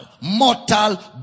Mortal